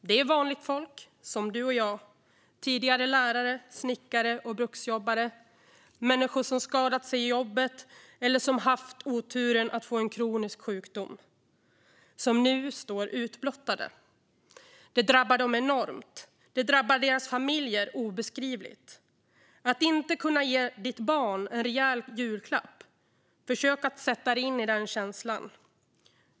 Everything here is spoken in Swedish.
Det är vanligt folk som du och jag - tidigare lärare, snickare och bruksjobbare, människor som skadat sig i jobbet eller haft oturen att få en kronisk sjukdom - som nu står utblottade. Detta drabbar dem enormt, och det drabbar deras familjer obeskrivligt. Att inte kunna ge ditt barn en rejäl julklapp - försök att sätta dig in i den känslan.